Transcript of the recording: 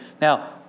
now